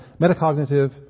metacognitive